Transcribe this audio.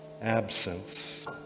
Absence